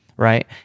right